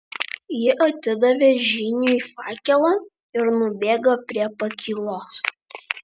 ji atidavė žyniui fakelą ir nubėgo prie pakylos